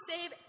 save